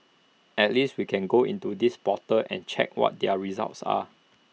at least we can go into this portal and check what their results are